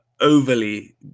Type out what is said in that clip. overly